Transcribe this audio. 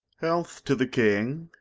health to the king.